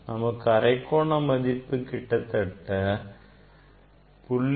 நமக்கு அரைக்கோண மதிப்பு கிட்டத்தட்ட 0